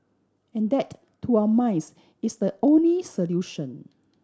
and that to our minds is the only solution